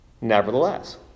nevertheless